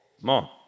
Mom